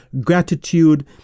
gratitude